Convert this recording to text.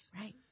Right